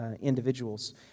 individuals